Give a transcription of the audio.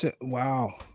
Wow